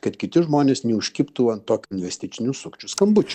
kad kiti žmonės neužkibtų ant tokių investicinių sukčių skambučių